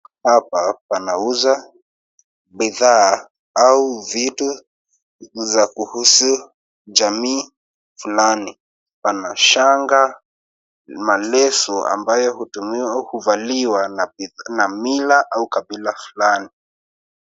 Hapa panauza bidhaa au vitu za kuhusu jamii Fulani Pana shanga maleso ambayo hutumiwa kuvaliwa na Mila au kabila fulani.